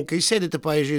kai sėdite pavyzdžiui